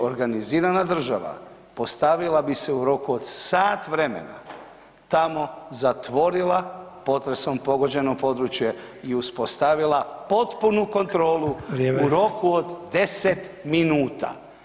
Organizirana država postavila bi se u roku od sat vremena tamo zatvorila potresom pogođeno područje i uspostavila potpunu kontrolu u roku od 10 minuta.